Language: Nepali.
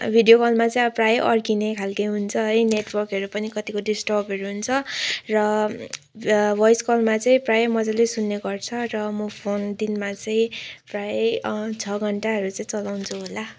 भिडियो कलमा चाहिँ अब प्रायै अड्किने खालके हुुन्छ है नेटवर्कहरू पनि कत्तिको डिस्टर्बहरू हुन्छ र भोइस कलमा चाहिँ प्रायै मजाले सुन्ने गर्छ र म फोन दिनमा चिहिँ प्रायै छ घन्टाहरू चाहिँ चलाउँछु होला